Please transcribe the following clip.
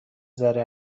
ذره